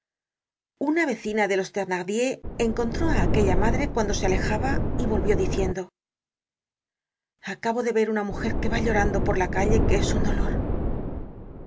una vecina de los thenardier encontró á aquella madre cuando se alejaba y volvió diciendo acabo de ver una mujer que va llorando por la calle que es un dolor